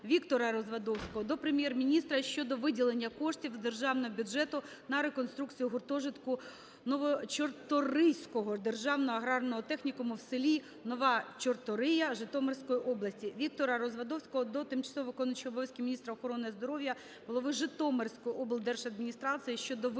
Віктора Развадовського до Прем'єр-міністра щодо виділення коштів з державного бюджету на реконструкцію гуртожитку Новочорторийського державного аграрного технікуму в селі Нова Чортория Житомирської області. Віктора Развадовського до тимчасово виконуючої обов'язки міністра охорони здоров'я, голови Житомирської обласної державної адміністрації щодо виділення